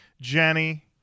Jenny